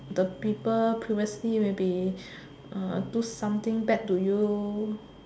the people previously maybe do something bad to you